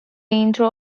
intro